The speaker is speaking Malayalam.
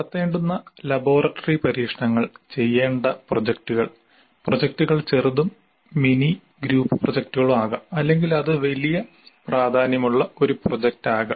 നടത്തേണ്ടുന്ന ലബോറട്ടറി പരീക്ഷണങ്ങൾ ചെയ്യേണ്ട പ്രോജക്ടുകൾ പ്രോജക്ടുകൾ ചെറുതും മിനി ഗ്രൂപ്പ് പ്രോജക്റ്റുകളും ആകാം അല്ലെങ്കിൽ അത് വലിയ പ്രാധാന്യമുള്ള ഒരു പ്രോജക്റ്റ് ആകാം